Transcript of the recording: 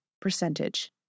percentage